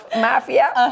mafia